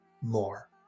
more